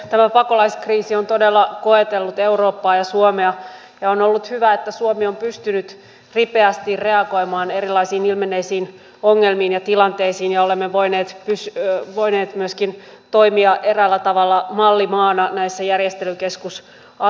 tämä pakolaiskriisi on todella koetellut eurooppaa ja suomea ja on ollut hyvä että suomi on pystynyt ripeästi reagoimaan erilaisiin ilmenneisiin ongelmiin ja tilanteisiin ja olemme voineet myöskin toimia eräällä tavalla mallimaana näissä järjestelykeskusasioissa